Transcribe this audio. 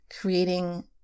creating